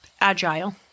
agile